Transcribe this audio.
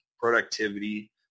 productivity